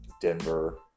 Denver